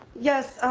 yes,